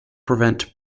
prevent